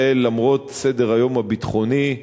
למרות סדר-היום הביטחוני,